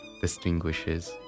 distinguishes